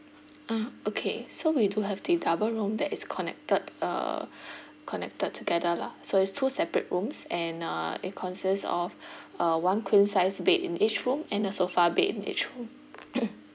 ah okay so we do have the double room that is connected uh connected together lah so is two separate rooms and uh it consists of uh one queen size bed in each room and a sofa bed in each room